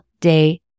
day